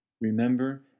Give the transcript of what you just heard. Remember